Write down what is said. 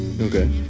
Okay